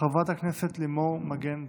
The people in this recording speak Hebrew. חברת הכנסת לימור מגן תלם,